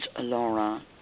Laura